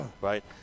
right